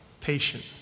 patient